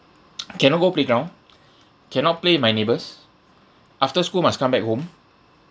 cannot go playground cannot play with my neighbours after school must come back home